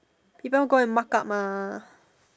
people go and mark up mah